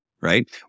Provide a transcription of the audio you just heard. right